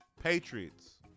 Patriots